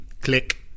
Click